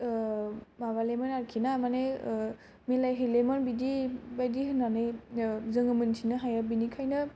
माबालामोनखि आरो ना माने मिलायहैलामोन बिदि बादि होननानै जोङो मोनथिनो हायो बिनिखायनो